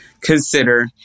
consider